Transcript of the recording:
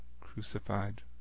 crucified